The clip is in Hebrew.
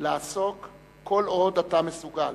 "לעסוק כל עוד אתה מסוגל",